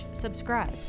subscribe